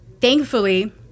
thankfully